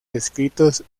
descritos